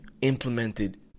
implemented